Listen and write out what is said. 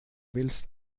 willst